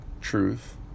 truth